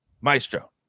Maestro